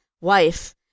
wife